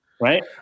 Right